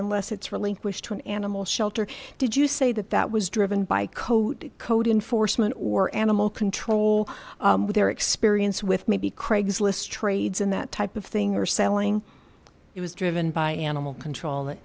unless it's relinquished to an animal shelter did you say that that was driven by code code enforcement or animal control with their experience with maybe craigslist trades in that type of thing or selling it was driven by animal control that